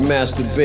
Master